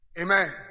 Amen